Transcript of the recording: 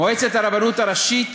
"מועצת הרבנות הראשית